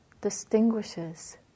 distinguishes